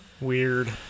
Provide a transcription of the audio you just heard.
weird